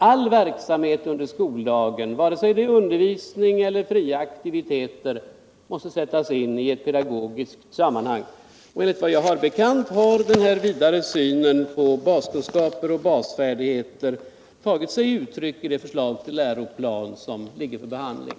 All verksamhet under skoldagen, vare sig det är undervisning eller fria aktiviteter, måste sättas in i ett pedagogiskt saummanhang.” Enligt vad jag har mig bekant har den här vidare synen på baskunskaper och basfärdigheter också tagit sig uttryck i det förslag till läroplan som nu föreligger till behandling.